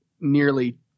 nearly